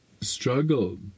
struggle